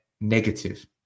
negative